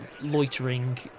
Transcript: loitering